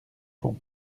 font